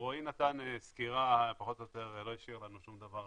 רועי נתן את הסקירה ולא הותיר לנו להוסיף עוד דבר,